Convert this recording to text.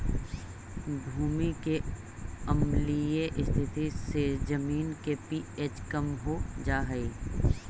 भूमि के अम्लीय स्थिति से जमीन के पी.एच कम हो जा हई